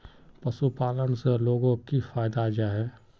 पशुपालन से लोगोक की फायदा जाहा?